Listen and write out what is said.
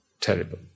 terrible